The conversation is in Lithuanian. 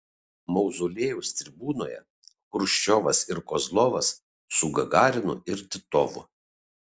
mauzoliejaus tribūnoje chruščiovas ir kozlovas su gagarinu ir titovu